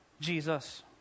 Jesus